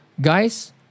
Guys